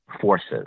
forces